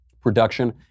Production